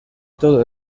todo